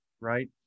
right